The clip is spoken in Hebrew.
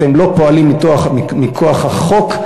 אתם לא פועלים מכוח החוק,